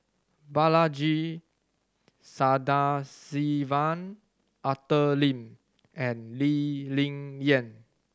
Balaji Sadasivan Arthur Lim and Lee Ling Yen